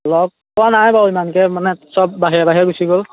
লগ পোৱা নাই বাৰু ইমানকৈ মানে চব বাহিৰে বাহিৰে গুচি গ'ল